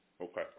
Okay